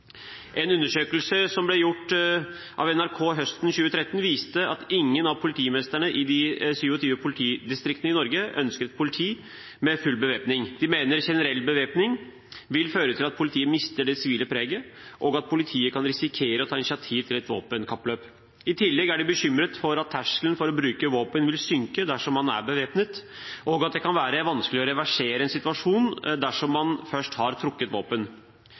En undersøkelse som ble gjort av NRK høsten 2013, viste at ingen av politimestrene i de 27 politidistriktene i Norge ønsker et politi med full bevæpning. De mener at generell bevæpning vil føre til at politiet mister det sivile preget, og at politiet kan risikere å ta initiativ til et våpenkappløp. I tillegg er de bekymret for at terskelen for å bruke våpen vil synke dersom man er bevæpnet, og at det kan være vanskelig å reversere en situasjon dersom man først har trukket våpen.